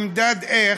נמדד איך?